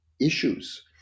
issues